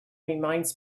reminds